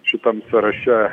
šitam sąraše